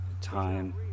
time